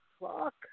fuck